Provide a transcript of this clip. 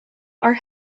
are